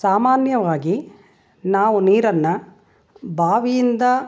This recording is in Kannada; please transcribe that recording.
ಸಾಮಾನ್ಯವಾಗಿ ನಾವು ನೀರನ್ನು ಬಾವಿಯಿಂದ